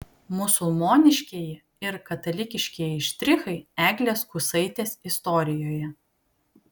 musulmoniškieji ir katalikiškieji štrichai eglės kusaitės istorijoje